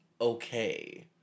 okay